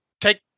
take